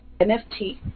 NFT